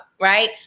right